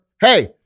hey